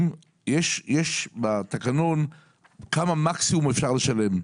נאמר כמה מקסימום אפשר לשלם.